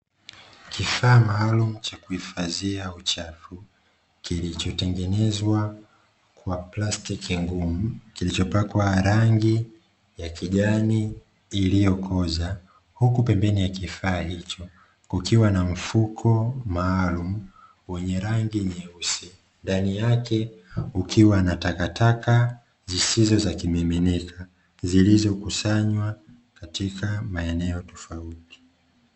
Kifaa maalumu cha kuhifadhia uchafu, kilichotengenezwa kwa plastiki ngumu, kilichopakwa rangi ya kijani iliyokoza. Huku pembeni ya kifaa hicho kukiwa na mfuko maalumu, wenye rangi nyeusi, ndani yake kukiwa na takataka zisizo za kimiminika, zilizokusanywa katika maeneo tofauti.